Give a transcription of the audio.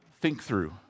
think-through